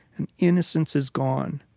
an innocence is gone,